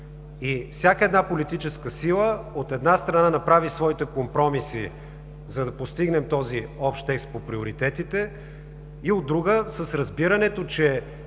Всяка една политическа сила, от една страна, направи своите компромиси, за да постигнем този общ текст по приоритетите и от друга, с разбирането, че